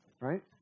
Right